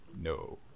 No